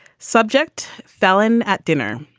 subject felon at dinner,